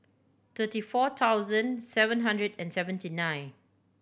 thirty four thousand seven hundred and seventy nine